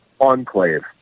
enclave